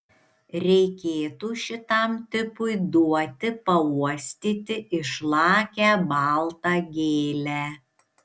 reikėtų šitam tipui duoti pauostyti išlakią baltą gėlę